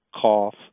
cough